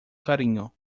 carrinho